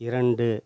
இரண்டு